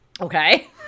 Okay